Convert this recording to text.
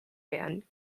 band